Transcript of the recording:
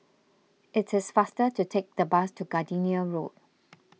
it is faster to take the bus to Gardenia Road